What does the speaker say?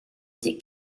été